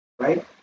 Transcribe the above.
right